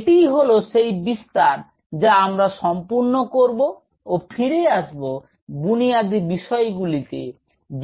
এটিই হল সেই বিস্তার যা আমরা সম্পূর্ণ করব ও ফিরে আসব বুনিয়াদি বিষয়গুলিতে